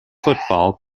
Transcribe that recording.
football